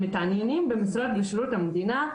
הם מתעניינים במשרות בשירות המדינה,